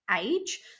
age